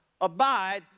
abide